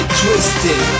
twisted